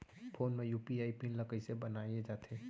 Phone म UPI PIN ल कइसे बनाये जाथे?